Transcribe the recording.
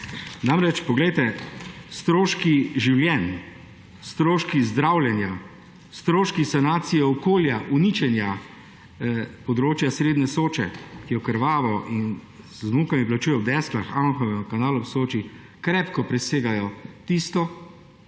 Namreč, poglejte, stroški življenj, stroški zdravljenja, stroški sanacije okolja, uničenja področja srednje Soče, ki jo krvavo in z mukami plačujejo v Desklah, Anhovem, Kanalu ob Soči, krepko presegajo tisto,